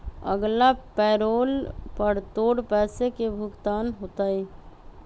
अगला पैरोल पर तोर पैसे के भुगतान होतय